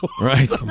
Right